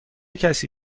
کسی